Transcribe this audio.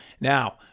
Now